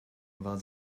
war